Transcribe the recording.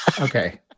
Okay